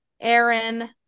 Aaron